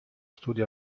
studio